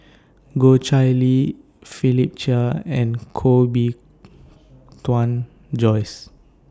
Goh Chiew Lye Philip Chia and Koh Bee Tuan Joyce